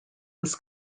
was